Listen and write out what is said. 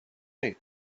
night